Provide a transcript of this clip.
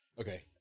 Okay